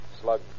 Slug